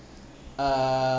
uh